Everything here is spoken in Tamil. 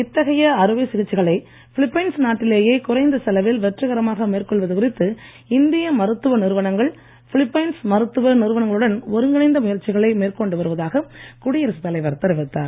இத்தகைய அறுவை சிகிச்சைகளை பிலிப்பைன்ஸ் நாட்டிலேயே குறைந்த செலவில் வெற்றிகரமாக மேற்கொள்வது குறித்து இந்திய மருத்துவ நிறுவனங்கள் பிலிப்பைன்ஸ் மருத்துவ நிறுவனங்களுடன் ஒருங்கிணைந்த முயற்சிகளை மேற்கொண்டு வருவதாக குடியரசுத் தலைவர் தெரிவித்தார்